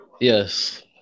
Yes